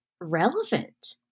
relevant